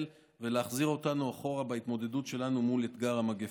ולהחזיר אותנו אחורה בהתמודדות שלנו מול אתגר המגפה.